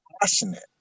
passionate